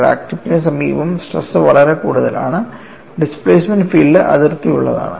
crack ടിപ്പിന് സമീപം stress വളരെ കൂടുതലാണ് ഡിസ്പ്ലേസ്മെൻറ് ഫീൽഡ് അതിർത്തി ഉള്ളതാണ്